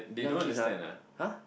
young kids ah !huh!